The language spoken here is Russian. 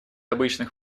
обычных